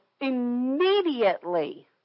immediately